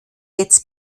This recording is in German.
jetzt